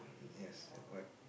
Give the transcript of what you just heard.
yes what